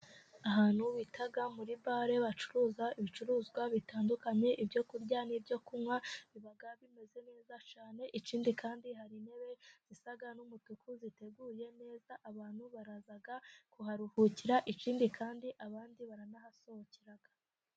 Ahantu bita muri bale bacuruza ibicuruzwa bitandukanye. Ibyo kurya n'ibyo kunywa, biba bimeze neza cyane. Ikindi kandi hari intebe zisa n'umutuku, ziteguye neza. Abantu baraza kuharuhukira, ikindi kandi abandi baranahasohokera.